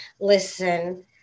listen